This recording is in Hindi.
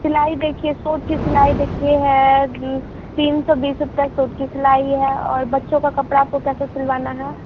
सिलाई देखिए सूट की सिलाई देखिए है तीन सौ बीस रुपए सूट की सिलाई है और बच्चों का कपड़ा आपको कैसा सिलवाना है